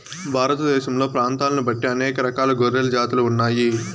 భారతదేశంలో ప్రాంతాలను బట్టి అనేక రకాల గొర్రెల జాతులు ఉన్నాయి